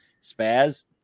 Spaz